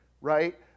right